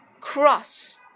Cross